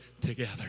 together